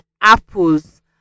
apples